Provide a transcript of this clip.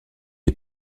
les